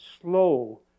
slow